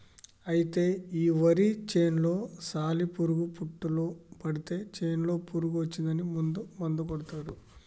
అయితే ఈ వరి చేనులో సాలి పురుగు పుట్టులు పడితే చేనులో పురుగు వచ్చిందని మందు కొడతారు